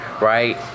right